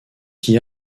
qui